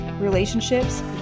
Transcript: relationships